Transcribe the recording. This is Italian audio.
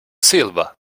silva